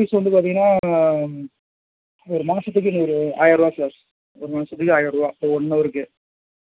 fees வந்து பார்த்தீங்கனா ஒரு மாதத்துக்கு ஒரு ஆயரூவா சார் ஒரு மாதத்துக்கு ஆயரூவா ஒன் அவர்க்கு